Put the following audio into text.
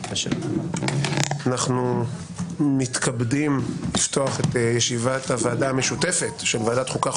אנחנו מתכבדים לפתוח את ישיבת הוועדה המשותפת של ועדת החוקה,